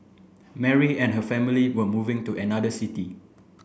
Mary and her family were moving to another city